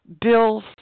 Bill's